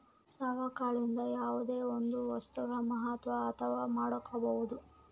ಸವಕಳಿಯಿಂದ ಯಾವುದೇ ಒಂದು ವಸ್ತುಗಳ ಮಹತ್ವ ಅರ್ಥ ಮಾಡ್ಕೋಬೋದು